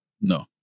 No